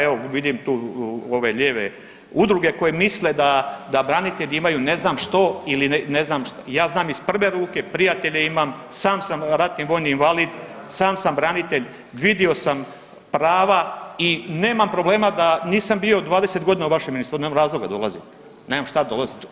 Evo, vidim tu ove lijeve udruge koje misle da branitelji imaju ne znam što ili ne znam, ja znam iz prve ruke, prijatelje imam, sam sam ratni vojni invalid, sam sam branitelj, vidio sam prava i nemam problema da nisam bio 20 godina u vašem .../nerazumljivo/... nemam razloga dolaziti, nemam šta dolaziti.